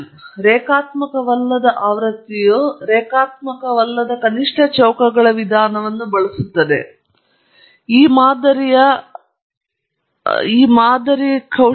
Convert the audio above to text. ರೇಖಾತ್ಮಕವಲ್ಲದ ಆವೃತ್ತಿಯು ರೇಖಾತ್ಮಕವಲ್ಲದ ಕನಿಷ್ಠ ಚೌಕಗಳ ವಿಧಾನವನ್ನು ಬಳಸುತ್ತದೆ ಆಶಾದಾಯಕವಾಗಿ ಕೆಲವು ದಿನಗಳಲ್ಲಿ ನಾವು ಆ ಮೇಲೆ ಹೋಗಲು ಅವಕಾಶವಿರುತ್ತದೆ ಆದರೆ ನಾವು ತೀರ್ಮಾನಿಸಬೇಕಾಗಿದೆ